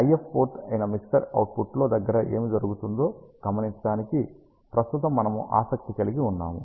IF port అయిన mixer అవుట్పుట్లో దగ్గర ఏమి జరుగుతుందో గమనించడానికి ప్రస్తుతం మనము ఆసక్తి కలిగి ఉన్నాము